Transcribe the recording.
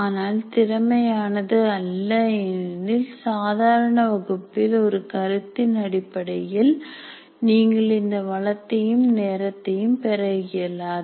ஆனால் திறமையானது அல்ல ஏனெனில் சாதாரண வகுப்பில் ஒரு கருத்தின் அடிப்படையில் நீங்கள் இந்த வளத்தையும் நேரத்தையும் பெற இயலாது